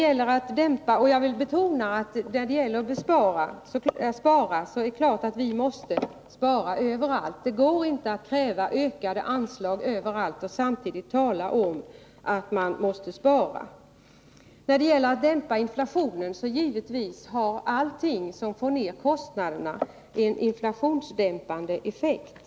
Jag vill betona att vi naturligtvis måste spara överallt. Det går inte att kräva ökade anslag överallt och samtidigt tala om att man måste spara. När det gäller att dämpa inflationen, så är det givet att allt som får ned kostnaderna har en inflationsdämpande effekt.